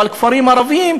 אבל כפרים ערביים,